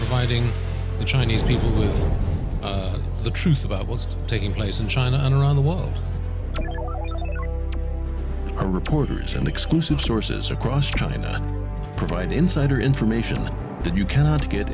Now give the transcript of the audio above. hiding the chinese people is the truth about what's taking place in china and around the world are reporters and exclusive sources across china provide insider information that you cannot get